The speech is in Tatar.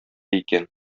икән